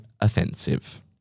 offensive